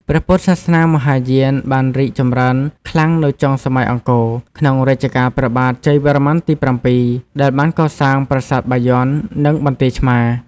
ព្រះពុទ្ធសាសនាមហាយានបានរីកចម្រើនខ្លាំងនៅចុងសម័យអង្គរ ក្នុងរជ្ជកាលព្រះបាទជ័យវរ្ម័នទី៧ ដែលបានកសាងប្រាសាទបាយ័ន និងបន្ទាយឆ្មារ។